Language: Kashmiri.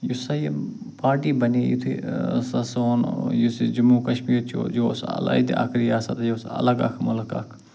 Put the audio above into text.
یُس ہسا یہِ پارٹی بنے یہِ یُتھے ہسا سون یُس یہِ جموں کشمیٖر چھُ یہِ اوس علاحدٕ اکھ ریاست یہِ اوس الگ اکھ مُلک اکھ